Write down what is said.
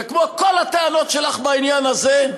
וכמו כל הטענות שלך בעניין הזה,